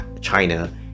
China